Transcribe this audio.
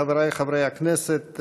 חבריי חברי הכנסת,